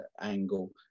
angle